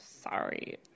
Sorry